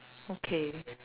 okay